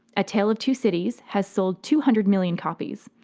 a tale of two cities has sold two hundred million copies.